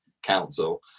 council